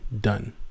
done